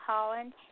Holland